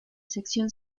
sección